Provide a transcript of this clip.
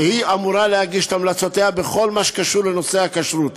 והיא אמורה להגיש את המלצותיה בכל מה שקשור לנושא הכשרות.